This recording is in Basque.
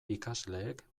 ikasleek